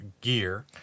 gear